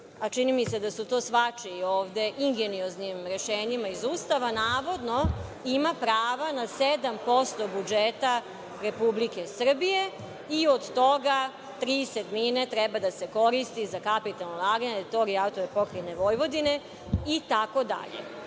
a čini mi se da su to svačiji, ingenioznim rešenjima iz Ustava, navodno ima pravo na 7% budžeta Republike Srbije i od toga tri sedmine treba da se koristi za kapitalna ulaganja na teritoriji AP Vojvodine itd.